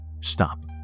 stop